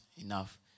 enough